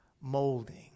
molding